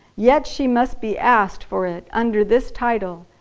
yet she must be asked for it under this title.